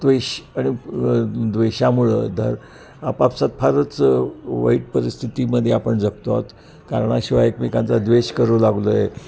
त्वेष आणि द्वेषामुळे धर आपापसात फारच वाईट परिस्थितीमध्ये आपण जगतो आहोत कारणाशिवाय एकमेकांचा द्वेष करू लागलो आहे